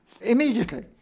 immediately